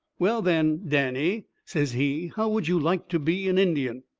well, then, danny, says he, how would you like to be an indian?